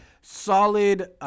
solid